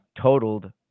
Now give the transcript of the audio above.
totaled